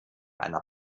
einer